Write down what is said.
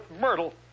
Myrtle